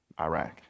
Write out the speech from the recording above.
Iraq